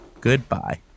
goodbye